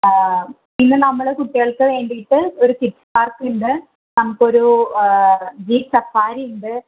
പിന്നെ നമ്മൾ കുട്ടികൾക്ക് വേണ്ടീട്ട് ഒരു കിഡ്സ് പാർക്കുണ്ട് നമുക്കൊരു ജീപ് സഫാരിയുണ്ട്